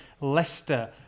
Leicester